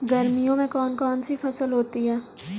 गर्मियों में कौन कौन सी फसल होती है?